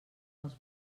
els